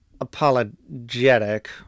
Apologetic